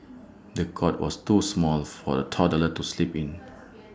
the cot was too small for the toddler to sleep in